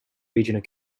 regional